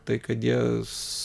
tai kad jas